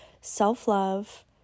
self-love